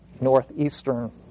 northeastern